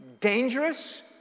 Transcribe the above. dangerous